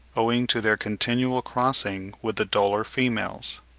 owing to their continual crossing with the duller females.